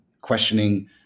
questioning